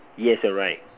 yes you're right